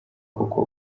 kuko